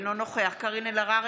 אינו נוכח קארין אלהרר,